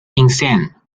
insane